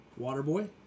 Waterboy